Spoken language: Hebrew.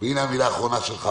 והינה המילה האחרונה שלך,